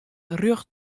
rjocht